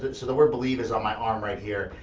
but so the word believe is on my arm right here,